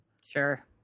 Sure